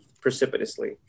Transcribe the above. precipitously